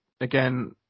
again